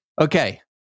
Okay